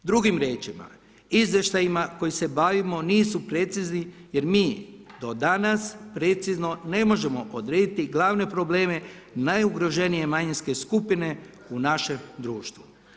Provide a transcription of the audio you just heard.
Drugim riječima, izvještaji kojima se bavimo nisu precizni jer mi do danas precizno ne može odrediti glavne probleme najugroženije manjinske skupine u našem društvu.